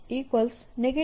H